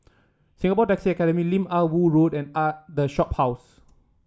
Singapore Taxi Academy Lim Ah Woo Road and a The Shophouse